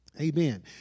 Amen